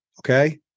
okay